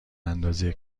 اندازه